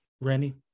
Randy